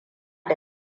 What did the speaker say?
da